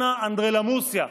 תייצרנה אנדרלמוסיה?